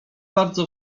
bardzo